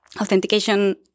authentication